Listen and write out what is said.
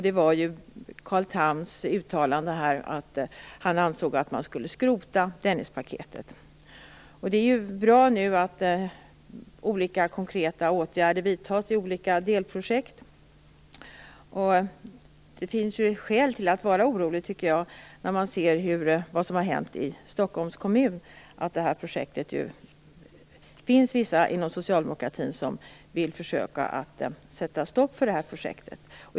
Den gällde Carl Thams uttalande om att han ansåg att man skulle skrota Dennispaketet. Det är bra att olika konkreta åtgärder vidtas i olika delprojekt. Jag tycker att det finns skäl att vara orolig när man ser vad som har hänt i Stockholms kommun. Det finns vissa inom socialdemokratin som vill försöka sätta stopp för det här projektet.